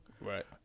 right